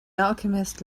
alchemist